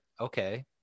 Okay